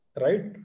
right